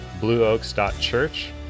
blueoaks.church